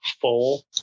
full